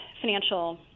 financial